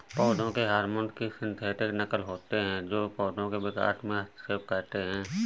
पौधों के हार्मोन की सिंथेटिक नक़ल होते है जो पोधो के विकास में हस्तक्षेप करते है